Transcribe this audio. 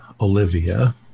Olivia